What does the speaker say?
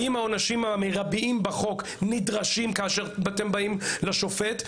האם העונשים המקסימליים בחוק נדרשים כאשר אתם באים לשופט,